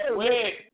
wait